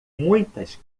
muitas